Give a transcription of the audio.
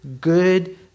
good